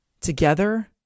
together